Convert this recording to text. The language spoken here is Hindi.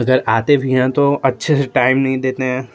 अगर आते भी हैं तो अच्छे से टाइम नही देते हैं